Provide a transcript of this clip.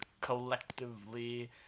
collectively